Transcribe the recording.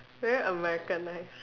very americanised